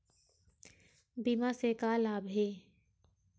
बीमा से का लाभ हे?